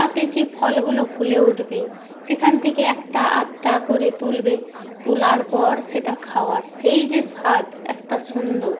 তাতে যে ফলগুলো ফুলে উঠবে সেখান থেকে একটা আধটা করে তুলবে তোলার পর সেটা খাওয়ার সেই যে স্বাদ একটা সুন্দর